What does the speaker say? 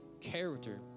Character